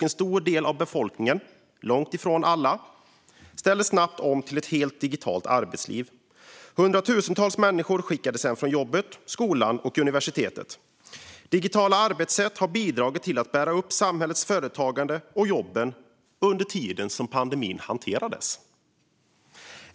En stor del av befolkningen, men långt ifrån alla, ställde också snabbt om till ett helt digitalt arbetsliv. Hundratusentals människor skickades hem från jobb, skola och universitet. Digitala arbetssätt har bidragit till att bära upp samhälle, företagande och jobb under tiden som pandemin har hanterats.